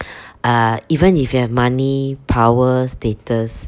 err even if you have money power status